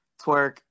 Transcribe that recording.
Twerk